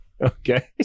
Okay